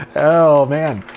oh man.